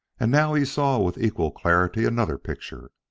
and now he saw with equal clarity another picture.